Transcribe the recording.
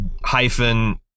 hyphen